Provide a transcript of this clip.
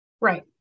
Right